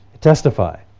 testify